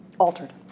altered,